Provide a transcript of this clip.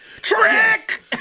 Trick